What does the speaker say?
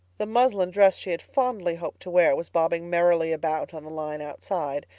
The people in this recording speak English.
the muslin dress she had fondly hoped to wear was bobbing merrily about on the line outside,